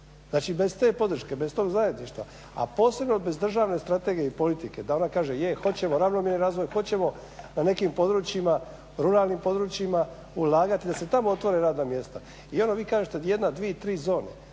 Znači bez te podrške, bez tog zajedništva, a posebno bez državne strategije i politike, da ona kaže, je, hoćemo ravnomjeran razvoj, hoćemo na nekim područjima, ruralnim područjima ulagati da se tamo otvore radna mjesta i onda vi kažete gdje 1, 2, 3 zone.